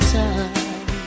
time